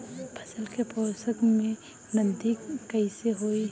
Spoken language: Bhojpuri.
फसल के पोषक में वृद्धि कइसे होई?